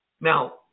Now